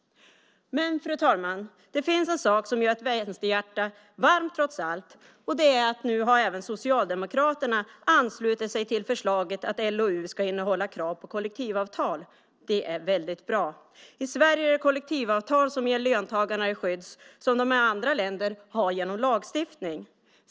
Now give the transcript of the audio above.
Men, fru talman, det finns en sak som gör ett vänsterhjärta varmt trots allt, och det är att nu även Socialdemokraterna har anslutit sig till förslaget att LOU ska innehålla krav på kollektivavtal. Det är väldigt bra. I Sverige är det kollektivavtal som ger löntagarna det skydd som de i andra länder har genom lagstiftning.